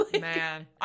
Man